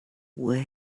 where